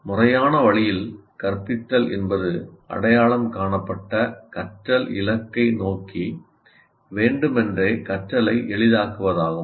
முறையான வழியில் கற்பித்தல் என்பது அடையாளம் காணப்பட்ட கற்றல் இலக்கை நோக்கி வேண்டுமென்றே கற்றலை எளிதாக்குவதாகும்